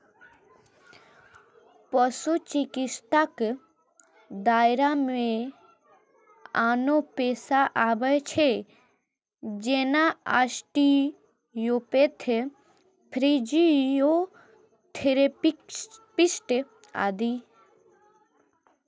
पशु चिकित्साक दायरा मे आनो पेशा आबै छै, जेना आस्टियोपैथ, फिजियोथेरेपिस्ट आदि